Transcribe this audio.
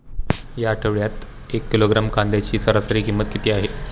या आठवड्यात एक किलोग्रॅम कांद्याची सरासरी किंमत किती आहे?